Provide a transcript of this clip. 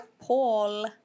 Paul